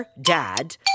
Dad